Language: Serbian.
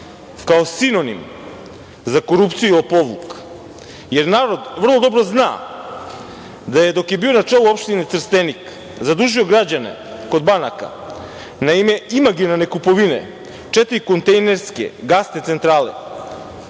kao sinonim za korupciju i lopovluk, jer narod vrlo dobro zna da je dok je bio na čelu opštine Trstenik zadužio građane kod banaka na ime imaginarne kupovine četiri kontejnerske gasne centrale.